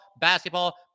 basketball